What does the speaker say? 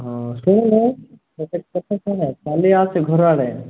ହଁ ଶୁଣୁନୁ ଗୋଟେ କଥା ଶୁଣେ କାଲି ଆସେ ଘର ଆଡ଼େ